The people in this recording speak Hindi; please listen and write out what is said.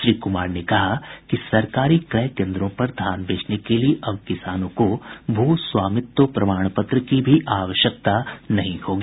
श्री कुमार ने कहा कि सरकारी क्रय केन्द्रों पर धान बेचने के लिए अब किसानों को भू स्वामित्व प्रमाण पत्र की भी आवश्यकता नहीं होगी